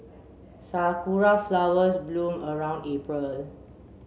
sakura flowers bloom around April